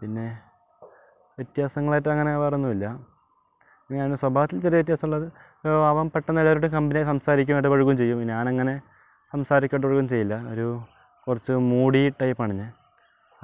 പിന്നെ വ്യത്യാസങ്ങളായിട്ട് അങ്ങനെ വേറൊന്നും ഇല്ല പിന്നെ ഞാനുമായിട്ട് സ്വഭാവത്തിൽ ചെറിയൊരു വ്യത്യാസമുള്ളത് അവൻ പെട്ടെന്ന് എല്ലാവരോടും കമ്പനിയായി സംസാരിക്കും എടപഴകുകയും ചെയ്യും ഞാനങ്ങനെ സംസാരിക്കൊട്ടും ചെയ്യില്ല ഒരു കുറച്ചു മൂടി ടൈപ്പ് ആണു ഞാൻ